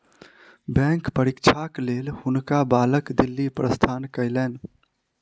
bank परीक्षाक लेल हुनका बालक दिल्ली प्रस्थान कयलैन